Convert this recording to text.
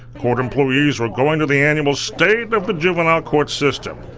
court employees were going to the annual state of the juvenile court system.